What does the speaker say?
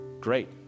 Great